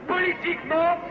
Politiquement